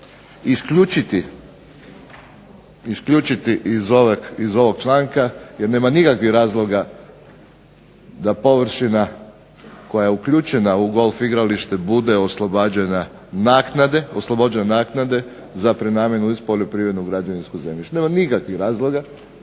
isključiti iz ovog članka jer nema nikakvih razloga da površina koja je uključena u golf igralište bude oslobođena naknade za prenamjenu iz poljoprivrednog u građevinskog zemljište. Nema nikakvih razloga,